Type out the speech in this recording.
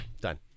Done